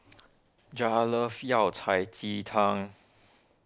Jared loves Yao Cai Ji Tang